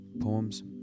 Poems